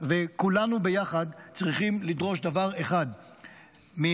כולנו ביחד צריכים לדרוש דבר אחד מהממשלה,